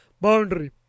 boundary